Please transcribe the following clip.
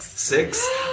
Six